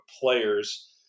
players